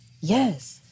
Yes